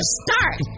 start